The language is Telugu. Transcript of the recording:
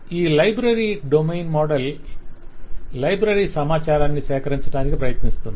ఈ లైబ్రరీ డొమైన్ మోడల్ లైబ్రరీ సమాచారాన్ని సేకరించటానికి ప్రయత్నిస్తుంది